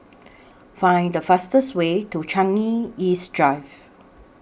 Find The fastest Way to Changi East Drive